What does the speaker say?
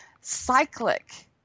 cyclic